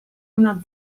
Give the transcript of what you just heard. una